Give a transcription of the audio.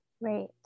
Right